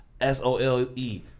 S-O-L-E